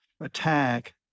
attack